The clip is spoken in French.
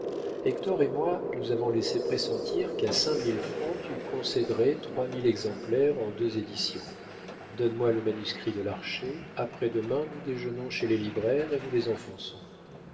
hector et moi nous avons laissé pressentir qu'à cinq mille francs tu concéderais trois mille exemplaires en deux éditions donne-moi le manuscrit de l'archer après demain nous déjeunons chez les libraires et nous les enfonçons